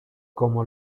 como